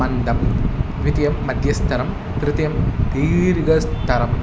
मन्दं द्वितीयं मध्यमस्तरं तृतीयं दीर्घस्तरम्